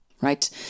right